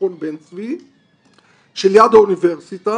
מכון בן צבי שליד האוניברסיטה,